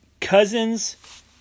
Cousins